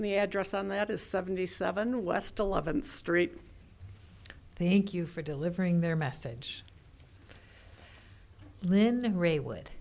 the address on that is seventy seven west eleventh street thank you for delivering their message linda gray w